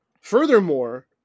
Furthermore